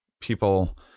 People